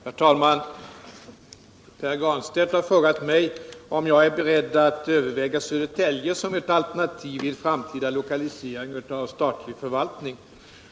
Herr talman! Pär Granstedt har frågat mig om jag är beredd au överviga Södertälje som ett alternativ vid framtida lokalisering av statlig förvaltning.